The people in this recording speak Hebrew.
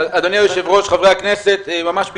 אדוני היושב-ראש, חברי הכנסת, ממש בקצרה,